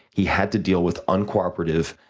he had to deal with uncooperative,